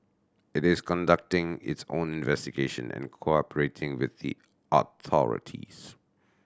it is conducting its own investigation and cooperating with the authorities